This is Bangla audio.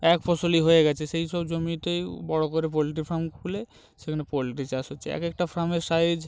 এক ফসলি হয়ে গেছে সেই সব জমিতে বড়ো করে পোলট্রি ফার্ম খুলে সেখানে পোলট্রি চাষ হচ্ছে এক একটা ফার্মের সাইজ